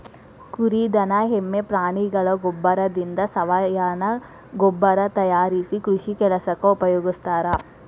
ಕುರಿ ದನ ಎಮ್ಮೆ ಪ್ರಾಣಿಗಳ ಗೋಬ್ಬರದಿಂದ ಸಾವಯವ ಗೊಬ್ಬರ ತಯಾರಿಸಿ ಕೃಷಿ ಕೆಲಸಕ್ಕ ಉಪಯೋಗಸ್ತಾರ